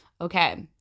Okay